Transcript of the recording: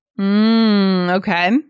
Okay